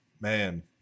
Man